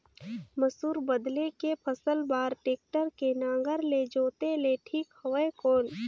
मसूर बदले के फसल बार टेक्टर के नागर ले जोते ले ठीक हवय कौन?